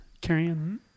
carrying